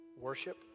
worship